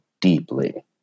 deeply